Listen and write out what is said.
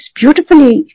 beautifully